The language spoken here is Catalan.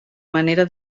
manera